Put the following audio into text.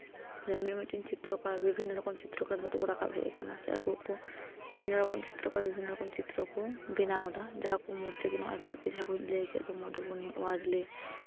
ᱢᱤᱼᱢᱤᱫᱴᱟᱱ ᱪᱤᱛᱛᱨᱚᱠᱟᱨ ᱵᱤᱵᱷᱤᱱᱱᱚ ᱨᱚᱠᱚᱢ ᱪᱤᱛᱛᱨᱚᱠᱟᱨ ᱡᱷᱚᱛ ᱠᱚ ᱨᱟᱠᱟᱵ ᱦᱮᱡ ᱟᱠᱟᱱᱟ ᱥᱮ ᱟᱠᱚ ᱠᱚ ᱵᱤᱵᱷᱤᱱᱱᱚ ᱨᱚᱠᱚᱢ ᱪᱤᱛᱛᱨᱚᱠᱟᱨ ᱨᱚᱠᱚᱢ ᱪᱤᱛᱛᱨᱚ ᱠᱚ ᱵᱮᱱᱟᱣ ᱫᱟ ᱡᱟᱦᱟᱸ ᱠᱚ ᱢᱩᱫᱽᱨᱮ ᱠᱚᱭᱮᱠᱴᱤ ᱡᱟᱦᱟᱸ ᱠᱚᱧ ᱞᱟᱹᱭ ᱠᱮᱜ ᱚᱫᱷᱩᱵᱚᱱᱤ ᱳᱣᱟᱨᱞᱤ